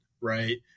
right